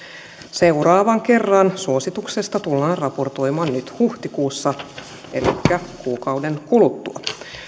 seuraavan kerran suosituksesta tullaan raportoimaan huhtikuussa elikkä kuukauden kuluttua